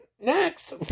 next